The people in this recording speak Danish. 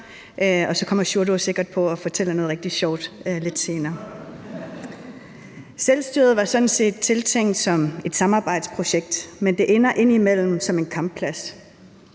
og så kommer Sjúrður Skaale sikkert på og fortæller noget rigtig sjovt lidt senere. Selvstyret var sådan set tænkt som et samarbejdsprojekt, men det ender indimellem som en kampplads.